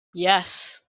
yes